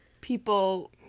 people